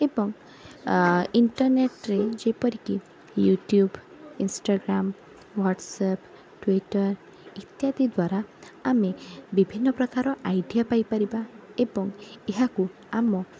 ଏବଂ ଆ ଇଣ୍ଟରନେଟ ରେ ଯେପରିକି ୟୁଟ୍ୟୁବ ଇନଷ୍ଟଗ୍ରାମ ହ୍ଵାଟ୍ସଆପ ଟ୍ଵିଟର ଇତ୍ୟାଦି ଦ୍ଵାରା ଆମେ ବିଭିନ୍ନ ପ୍ରକାର ଆଇଡ଼ିଆ ପାଇପାରିବା ଏବଂ ଏହାକୁ ଆମ